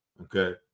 okay